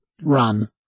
run